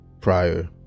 prior